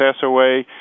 SOA